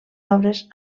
obres